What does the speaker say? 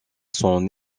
son